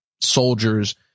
soldiers